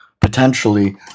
potentially